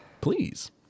Please